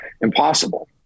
impossible